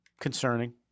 concerning